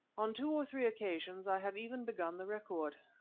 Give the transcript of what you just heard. on two or three occasions i have even begun the record.